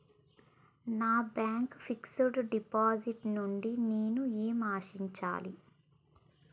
నా bank fixed deposit నుండి నేను ఏమి ఆశించాలి?